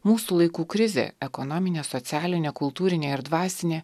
mūsų laikų krizė ekonominė socialinė kultūrinė ir dvasinė